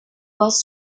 was